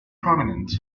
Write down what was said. prominent